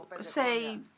say